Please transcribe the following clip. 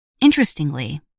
Interestingly